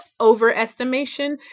overestimation